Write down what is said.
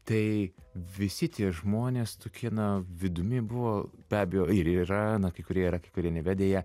tai visi tie žmonės tokie na vidumi buvo be abejo ir yra na kai kurie yra kai kurie nebe deja